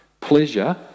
Pleasure